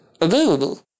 available